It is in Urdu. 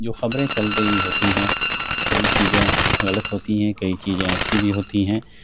جو خبریں چل رہی ہوتی ہیں کئی چیزیں غلط ہوتی ہیں کئی چیزیں اچھی بھی ہوتی ہیں